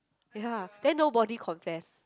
ya then nobody confess